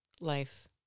life